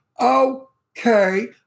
okay